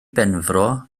benfro